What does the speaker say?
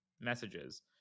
messages